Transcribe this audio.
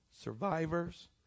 survivors